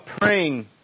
praying